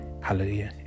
hallelujah